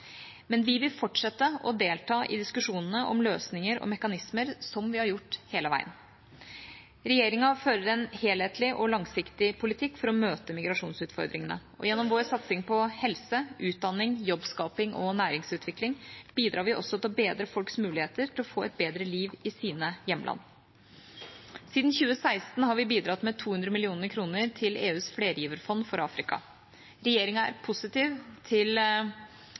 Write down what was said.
Men vi vil fortsette å delta i diskusjonene om løsninger og mekanismer, som vi har gjort hele veien. Regjeringa fører en helhetlig og langsiktig politikk for å møte migrasjonsutfordringene. Gjennom vår satsing på helse, utdanning, jobbskaping og næringsutvikling bidrar vi til å bedre folks muligheter til å få et bedre liv i sine hjemland. Siden 2016 har vi bidratt med 200 mill. kr til EUs flergiverfond for Afrika. Regjeringa er positiv til